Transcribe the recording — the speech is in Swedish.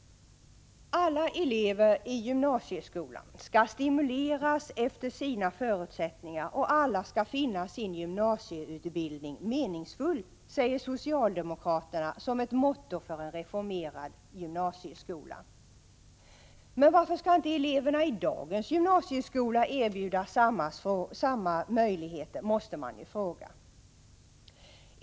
”Alla elever i gymnasieskolan skall stimuleras efter sina förutsättningar och alla skall finna sin gymnasieutbildning meningsfull”, säger socialdemokraterna som ett motto för en reformerad gymnasieskola. Men varför skall inte eleverna i dagens gymnasieskola erbjudas samma möjligheter? måste man ju fråga.